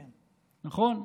נכון?